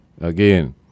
Again